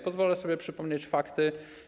Pozwolę sobie przypomnieć fakty.